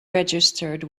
registered